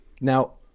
Now